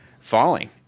falling